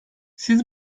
siz